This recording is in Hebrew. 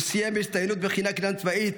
הוא סיים בהצטיינות מכינה קדם-צבאית,